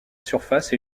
surface